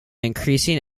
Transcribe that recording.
increasing